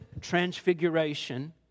Transfiguration